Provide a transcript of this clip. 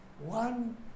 One